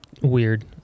weird